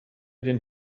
den